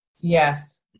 Yes